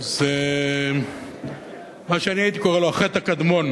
זה מה שאני הייתי קורא לו: החטא הקדמון